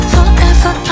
Forever